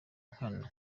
nkana